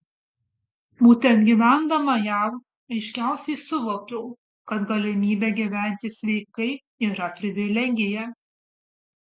būtent gyvendama jav aiškiausiai suvokiau kad galimybė gyventi sveikai yra privilegija